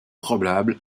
probable